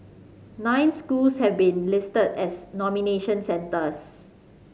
nine schools have been listed as nomination centres